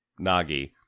nagi